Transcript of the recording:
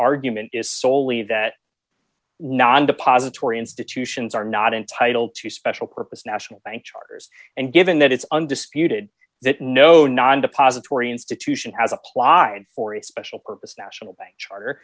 argument is soley that non depository institutions are not entitled to special purpose national bank charters and given that it's undisputed that no non depository institution has applied for a special purpose national bank charter